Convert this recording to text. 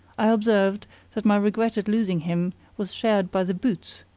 i observed that my regret at losing him was shared by the boots,